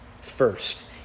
first